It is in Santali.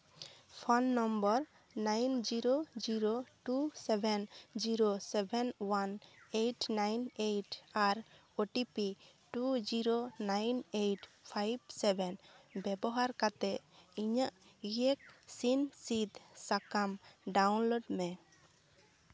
phone number nine zero zero two seven zero seven one eight nine eight ᱟᱨ O T P two zero nine eight five seven ᱵᱮᱵᱚᱦᱟᱨ ᱠᱟᱛᱮ ᱤᱧᱟᱹᱜ ᱤᱭᱮᱠᱥᱤᱱ ᱥᱤᱫᱽ ᱥᱟᱠᱟᱢ ᱰᱟᱣᱩᱱᱞᱳᱰ ᱢᱮ